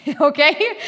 okay